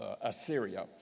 Assyria